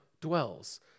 dwells